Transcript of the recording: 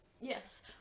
Yes